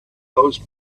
those